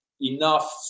enough